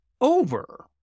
over